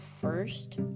first